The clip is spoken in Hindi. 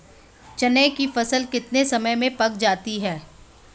चने की फसल कितने समय में पक जाती है?